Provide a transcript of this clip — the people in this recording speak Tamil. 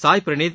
சாய்பிரனீத்